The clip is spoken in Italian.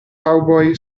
cowboy